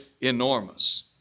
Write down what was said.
enormous